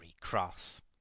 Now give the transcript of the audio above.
cross